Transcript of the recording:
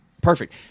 perfect